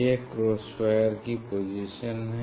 यह cross wire की position है